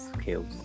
skills